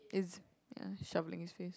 it's yeah shovelling his face